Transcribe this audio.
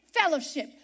fellowship